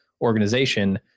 organization